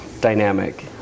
dynamic